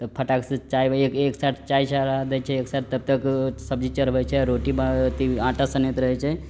त फटाक से चाय एक साइड चाय चढ़ा दै छियै एक साइड तबतक सब्जी चढ़बै छियै रोटी अथी आटा सनैत रहै छै